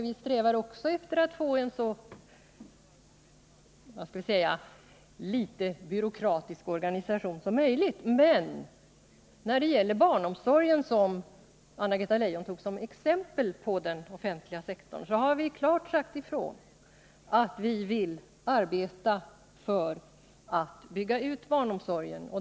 Vi strävar också efter att minska byråkratin. Men när det gäller barnomsorgen, som Anna-Greta Leijon tog som exempel på den offentliga sektorn, har vi klart sagt ifrån att vi vill bygga ut den.